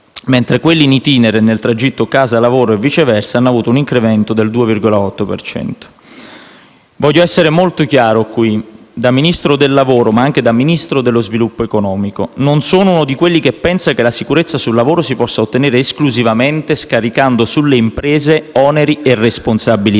mentre quelli *in itinere* nel tragitto casa-lavoro e viceversa hanno avuto un incremento pari al 2,8 per cento. Voglio essere molto chiaro qui, da Ministro del lavoro e delle politiche sociali, ma anche da Ministro dello sviluppo economico: non sono uno di quelli che pensa che la sicurezza sul lavoro si possa ottenere esclusivamente scaricando sulle imprese oneri e responsabilità,